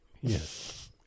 Yes